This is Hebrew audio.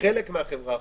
בחלק מהחברה החרדית,